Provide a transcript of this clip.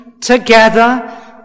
together